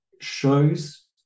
shows